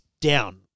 down